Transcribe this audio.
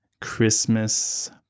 christmas